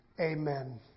Amen